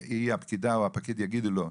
והפקידה או הפקיד יגידו לו,